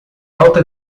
alto